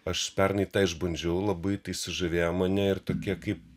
aš pernai išbandžiau labai tai sužavėjo mane ir tokie kaip